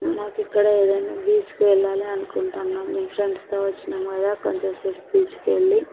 మాకు ఇక్కడ ఏదైనా బీచ్కి వెళ్ళాలి అనుకుంటున్నాము నేను ఫ్రెండ్స్తో వచ్చాను కదా కొంచెం సేపు బీచ్కి వెళ్ళి